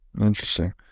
Interesting